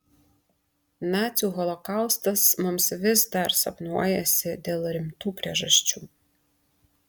nacių holokaustas mums vis dar sapnuojasi dėl rimtų priežasčių